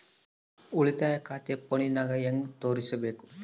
ಉಳಿತಾಯ ಖಾತೆ ಫೋನಿನಾಗ ಹೆಂಗ ತೆರಿಬೇಕು?